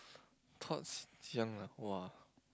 thoughts 讲 lah !wah!